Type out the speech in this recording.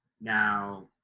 now